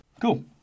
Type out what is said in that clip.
Cool